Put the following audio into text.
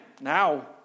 Now